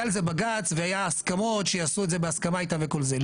היה על זה בג"צ והיו הסכמות שיעשו את זה בהסכמה איתם וכל זה.